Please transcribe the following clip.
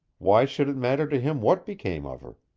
why should it matter to him what became of her?